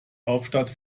hauptstadt